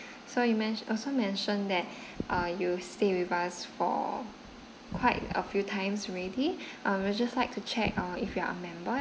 so you ment~ also mentioned that uh you stay with us for quite a few times already uh we would just like to check if you are a member